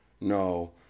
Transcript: no